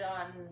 on